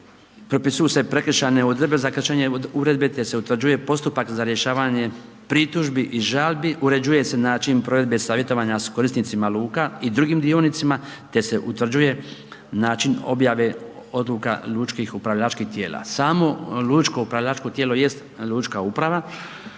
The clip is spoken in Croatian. propisuju se prekršajne odredbe za …/Govornik se ne razumije/…uredbe, te se utvrđuje postupak za rješavanje pritužbi i žalbi, uređuje se način provedbe savjetovanja s korisnicima luka i drugim dionicima, te se utvrđuje način objave odluka lučkih upravljačkih tijela. Samo lučko upravljačko tijelo jest lučka uprava,